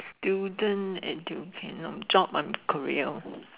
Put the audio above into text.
student education job or career